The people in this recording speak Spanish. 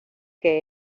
que